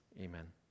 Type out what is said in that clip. Amen